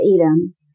Edom